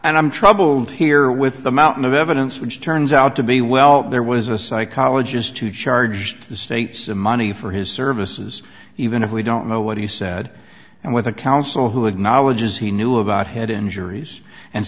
guilt i'm troubled here with the mountain of evidence which turns out to be well there was a psychologist who charged the state's a money for his services even if we don't know what he said and what the counsel who acknowledges he knew about head injuries and